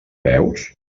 veus